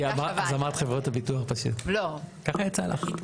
אז אמרת חברות הביטוח, ככה יצא לך.